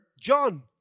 John